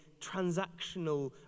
transactional